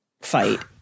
fight